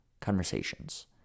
conversations